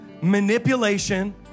manipulation